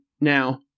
Now